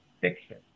fiction